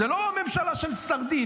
זאת לא ממשלה של סרדינים.